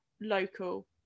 local